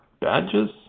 badges